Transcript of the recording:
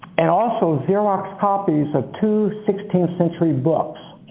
and also xerox copies of two sixteenth century books.